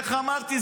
איך אמרתי?